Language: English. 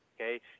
okay